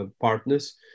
partners